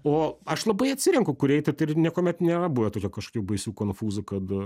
o aš labai atsirenku kur eiti tai ir niekuomet nėra buvę tokia kažkokių baisių konfūzų kad